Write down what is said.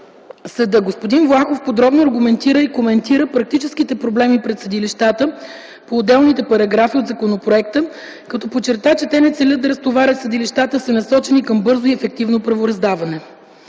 съд. Господин Влахов подробно аргументира и коментира практическите проблеми пред съдилищата по отделните параграфи от законопроекта, като подчерта, че те не целят да разтоварят съдилищата, а са насочени към бързо и ефективно правораздаване.